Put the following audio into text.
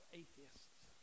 atheists